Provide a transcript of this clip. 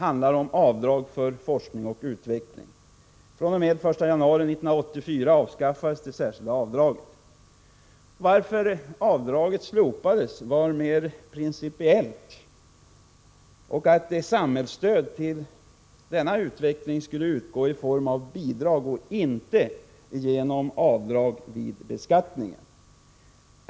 Anledningen till att avdraget slopades var den mer principiella uppfattningen att samhällsstöd till denna utveckling skulle ges genom bidrag och inte genom avdrag vid beskattningen.